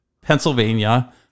pennsylvania